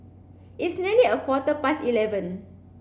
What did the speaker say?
its nearly a quarter past eleven